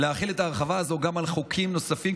ולהחיל את ההרחבה הזו גם על חוקים נוספים,